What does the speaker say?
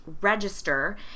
register